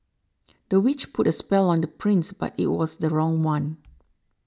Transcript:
the witch put a spell on the prince but it was the wrong one